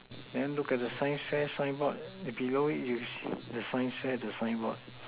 then look at the sign sign board below you see the sign the sign board